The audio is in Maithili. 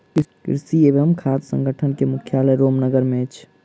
कृषि एवं खाद्य संगठन के मुख्यालय रोम नगर मे अछि